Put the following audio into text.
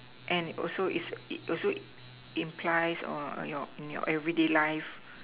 and also it it also implies on your on your everyday life